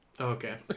okay